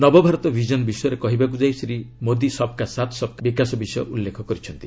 ନବଭାରତ vision ବିଷୟରେ କହିବାକୁ ଯାଇ ସେ 'ସବ୍ କା ସାଥ୍ ସବ୍ କା ବିକାଶ' ବିଷୟ ଉଲ୍ଲେଖ କରିଛନ୍ତି